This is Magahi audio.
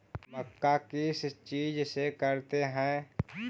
मक्का किस चीज से करते हैं?